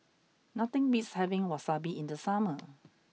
nothing beats having Wasabi in the summer